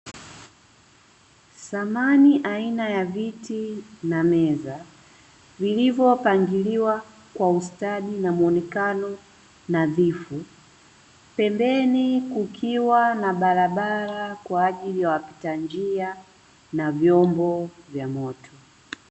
Samani aina ya viti na meza vilivyopangiliwa kwa ustadi na muonekano nadhifu, pembeni kukiwa na barabara kwa ajili ya wapita njia na vyombo vya moto.